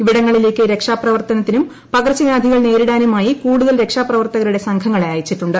ഇവിടങ്ങളിലേക്ക് രക്ഷാപ്രവർത്തനത്തിനും പകർച്ചവ്യാധികൾ നേരിടാനുമായി കൂടുതൽ രക്ഷാപ്രവർത്തകരുടെ സംഘങ്ങളെ അയച്ചിട്ടുണ്ട്